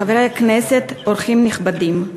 חברי הכנסת, אורחים נכבדים,